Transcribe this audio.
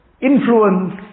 influence